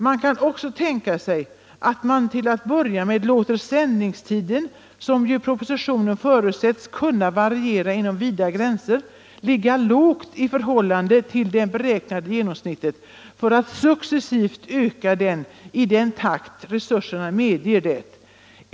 Man kan också tänka sig att man till en början låter sändningstiden, som ju i propositionen förutsätts kunna variera inom vida gränser, ligga lågt i förhållande till det beräknade genomsnittet för att successivt öka den i den takt resurserna medger det.